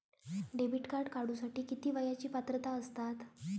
Debit card काढूसाठी किती वयाची पात्रता असतात?